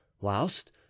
whilst